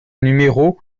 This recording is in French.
numéro